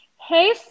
Hey